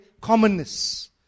commonness